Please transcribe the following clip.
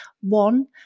one